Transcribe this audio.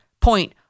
point